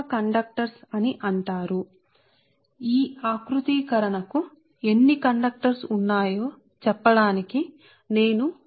కాబట్టి ఈ configuration లో ఎన్ని కండక్టర్లు ఎక్కడ అని నేను మీకు ఫార్ములా ఇస్తాను